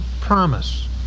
promise